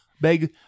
Beg